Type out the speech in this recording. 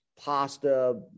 pasta